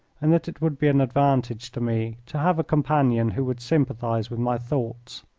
and that it would be an advantage to me to have a companion who would sympathize with my thoughts.